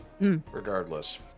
Regardless